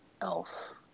elf